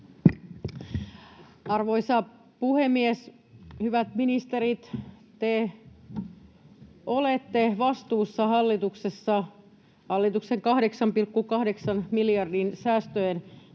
Arvoisa puhemies! Hyvät ministerit, te olette vastuussa hallituksessa hallituksen 8,8 miljardin säästöjen